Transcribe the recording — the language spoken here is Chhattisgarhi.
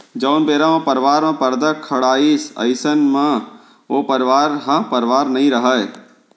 जउन बेरा म परवार म परदा खड़ाइस अइसन म ओ परवार ह परवार नइ रहय